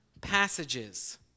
passages